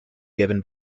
given